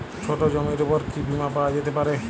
ছোট জমির উপর কি বীমা পাওয়া যেতে পারে?